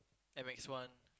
at Macs one